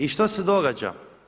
I što se događa?